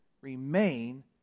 Remain